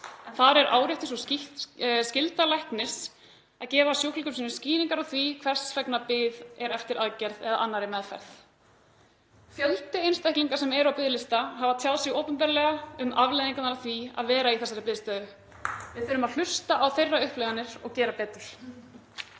en þar er áréttuð sú skylda læknis að gefa sjúklingum sínum skýringar á því hvers vegna bið er eftir aðgerð eða annarri meðferð. Fjöldi einstaklinga sem eru á biðlista hefur tjáð sig opinberlega um afleiðingarnar af því að vera í þessari biðstöðu. Við þurfum að hlusta á þeirra upplifanir og gera betur.